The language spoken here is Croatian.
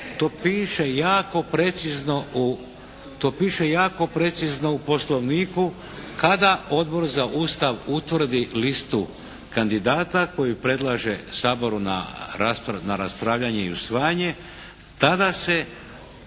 To piše jako precizno u Poslovniku kada Odbor za Ustav utvrdi listu kandidata koju predlaže Saboru na raspravljanje i usvajanje tada se